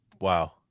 wow